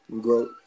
Growth